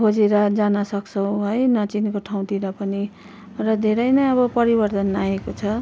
खोजेर जान सक्छौँ है नचिनेको ठाउँतिर पनि र धेरै नै अब परिवर्तन आएको छ